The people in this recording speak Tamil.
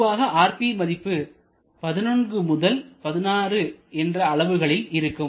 பொதுவாக rp மதிப்பு 11 முதல் 16 என்ற அளவுகளில் இருக்கும்